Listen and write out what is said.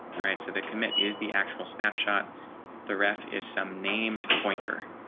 alright, so the commit is the actual snapshot the ref is some named pointer.